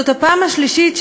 זאת הפעם השלישית,